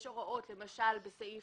יש הוראות, למשל בסעיף